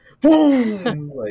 boom